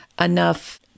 enough